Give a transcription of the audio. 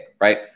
right